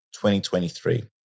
2023